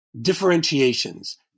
differentiations